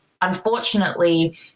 unfortunately